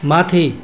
माथि